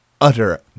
utter